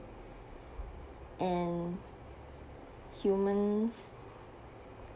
and humans